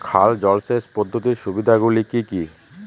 খাল জলসেচ পদ্ধতির সুবিধাগুলি কি কি?